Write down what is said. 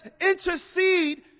intercede